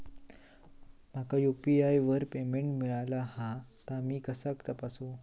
माका यू.पी.आय वर पेमेंट मिळाला हा ता मी कसा तपासू?